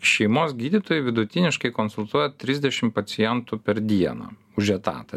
šeimos gydytojai vidutiniškai konsultuoja trisdešim pacientų per dieną už etatą